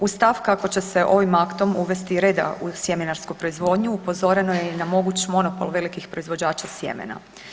Uz stav kako će se ovim aktom uvesti reda u sjemenarsku proizvodnju upozoreno je i na moguć monopol velikih proizvođača sjemena.